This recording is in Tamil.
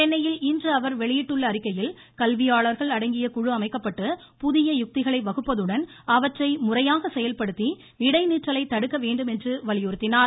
சென்னையில் இன்று அவர் வெளியிட்டுள்ள அறிக்கையில் கல்வியாளர்கள் அடங்கிய குழு அமைக்கப்பட்டு புதிய யுக்திகளை வகுப்பதுடன் அவற்றை முறையாக செயல்படுத்தி இடைநிற்றலை தடுக்க வேண்டும் என வலியுறுத்தினார்